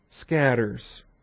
scatters